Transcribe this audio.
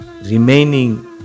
remaining